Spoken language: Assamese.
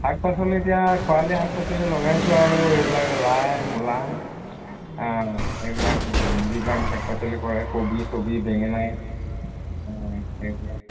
শাক পাচলি এতিয়া খৰালি শাক পাচলি লগাইছোঁ আৰু এইবিলাক লাই মূলা এইবিলাক যিবিলাক শাক পাচলি কৰে কবি ছবি বেঙেনা এইবিলাক